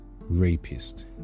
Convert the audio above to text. rapist